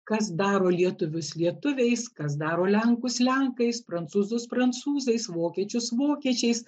kas daro lietuvius lietuviais kas daro lenkus lenkais prancūzus prancūzais vokiečius vokiečiais